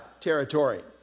territory